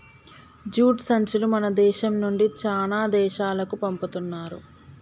jute సంచులు మన దేశం నుండి చానా దేశాలకు పంపుతున్నారు